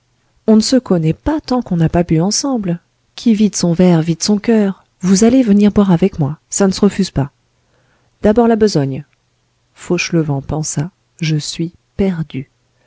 on ne se connaît pas tant qu'on n'a pas bu ensemble qui vide son verre vide son coeur vous allez venir boire avec moi ça ne se refuse pas d'abord la besogne fauchelevent pensa je suis perdu